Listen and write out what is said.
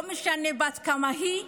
לא משנה בת כמה היא,